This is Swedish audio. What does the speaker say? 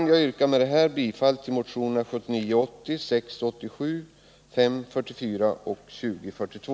Med detta yrkar jag bifall till motionerna 1979/80:687, 544 och 2042.